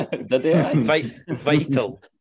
Vital